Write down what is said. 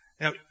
Now